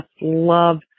love